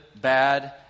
bad